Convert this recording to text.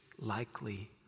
likely